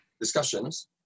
discussions